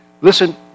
Listen